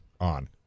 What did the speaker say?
On